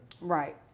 Right